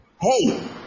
Hey